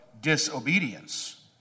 disobedience